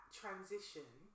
transition